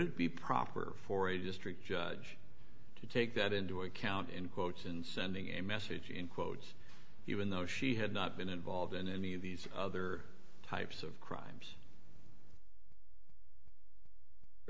it be proper for a district judge to take that into account in quotes and sending a message in quotes even though she had not been involved in any of these other types of crimes for